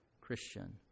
Christian